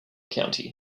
county